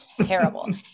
terrible